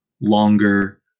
longer